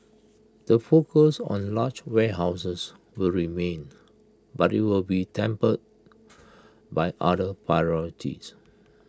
the focus on large warehouses will remain but IT will be tempered by other priorities